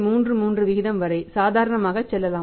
33 விகிதம் வரை சாதாரணமாக செல்லலாம்